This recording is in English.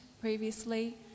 previously